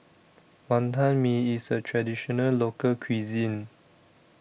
Wonton Mee IS A Traditional Local Cuisine